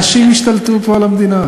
הנשים השתלטו פה על המדינה.